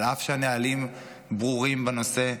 אף שהנהלים ברורים בנושא,